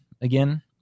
again